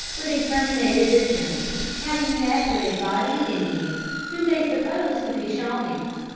where they terminated their journey, having met with a body of indians whom they supposed to be shawnees.